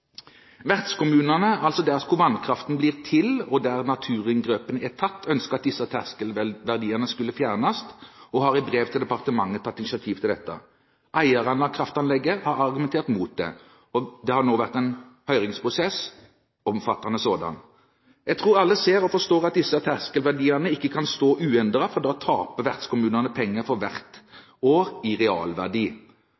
Vertskommunene, der hvor vannkraften blir til og naturinngrepene er tatt, ønsket at disse terskelverdiene skulle fjernes, og har i brev til departementet tatt initiativ til dette. Eierne av kraftanlegget har argumentert mot det. Det har nå vært en omfattende høringsprosess i saken. Jeg tror alle ser og forstår at disse terskelverdiene ikke kan stå uendret, for da taper vertskommunene penger for hvert